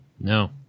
No